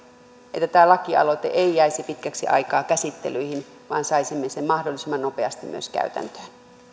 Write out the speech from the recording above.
että tämä lakialoite ei jäisi pitkäksi aikaa käsittelyyn vaan saisimme sen mahdollisimman nopeasti myös käytäntöön